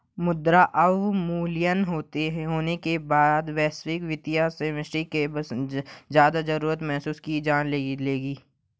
मुद्रा अवमूल्यन होने के बाद वैश्विक वित्तीय सिस्टम की ज्यादा जरूरत महसूस की जाने लगी